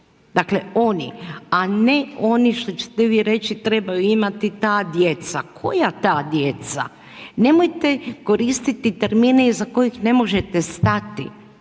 Dakle oni a ne oni što ćete vi reći trebaju imati ta djeca, koja ta djeca? Nemojte koristiti termina iza kojih ne možete stati.